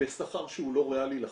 בשכר שהוא לא ריאלי לחלוטין.